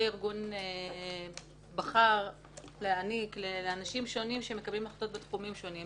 ארגון בחר להעניק לאנשים שונים שמקבלים החלטות בתחומים שונים,